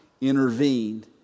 intervened